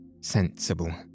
Sensible